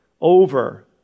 over